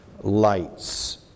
lights